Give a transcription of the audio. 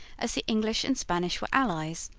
as the english and spanish were allies.